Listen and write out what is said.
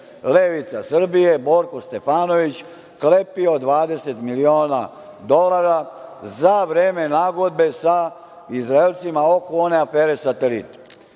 Levica Srbije, Borko Stefanović klepio 20.000.000,00 dolara za vreme nagodbe sa Izraelcima oko one afere „Satelit“.